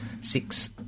six